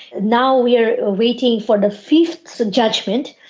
now we are ah waiting for the fifth judgement,